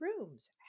rooms